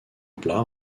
plat